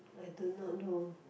I do not know